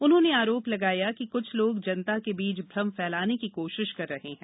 उन्होंने आरोप लगाया कि कुछ लोग जनता के बीच भ्रम फैलाने की कोशिश कर रहे हैं